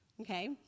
Okay